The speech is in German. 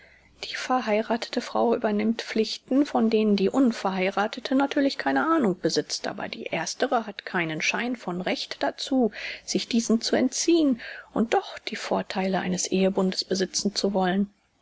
die verheirathete frau übernimmt pflichten von denen die unverheirathete natürlich keine ahnung besitzt aber die erstere hat keinen schein von recht dazu sich diesen zu entziehen und doch die vortheile eines ehebundes besitzen zu wollen